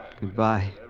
Goodbye